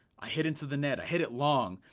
i hit into the net, i hit it long,